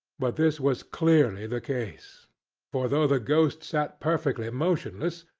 but this was clearly the case for though the ghost sat perfectly motionless,